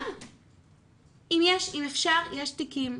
אם אפשר, יש תיקים,